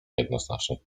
jednoznacznych